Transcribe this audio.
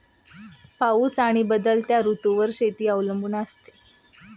पाऊस आणि बदलत्या ऋतूंवर शेती अवलंबून असते